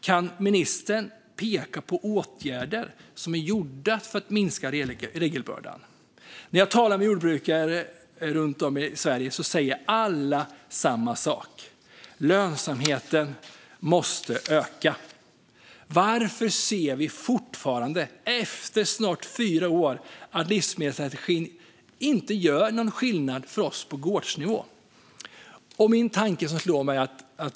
Kan ministern peka på åtgärder som är gjorda för att minska regelbördan? När jag talar med jordbrukare runt om i Sverige säger alla samma sak, nämligen att lönsamheten måste öka. Varför ser vi fortfarande efter snart fyra år att livsmedelsstrategin inte gör någon skillnad för oss på gårdsnivå?